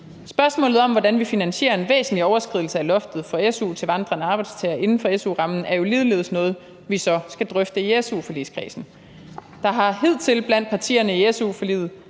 Spørgsmålet om, hvordan vi finansierer en væsentlig overskridelse af loftet for su til vandrende arbejdstagere inden for su-rammen, er jo ligeledes noget, vi så skal drøfte i su-forligskredsen. Der har hidtil blandt partierne i su-forliget